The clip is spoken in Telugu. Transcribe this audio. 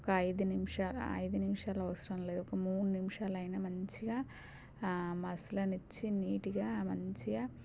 ఒక ఐదు నిమిషాలు ఐదు నిమిషాలు అవసరం లేదు ఒక మూడు నిమిషాలైనా మంచిగా మసలనిచ్చి నీటుగా మంచిగా